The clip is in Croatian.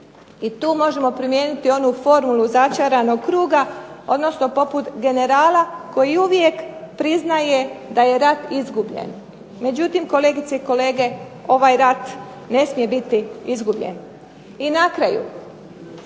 i tu možemo primijeniti onu formulu začaranog kruga, odnosno poput generala koji uvijek priznaje da je rat izgubljen. Međutim, kolegice i kolege, ovaj rat ne smije biti izgubljen. I na kraju,